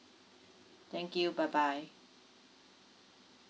thank you bye bye